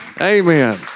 Amen